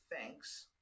thanks